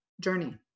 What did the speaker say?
journey